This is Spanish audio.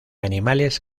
animales